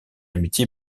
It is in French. amitié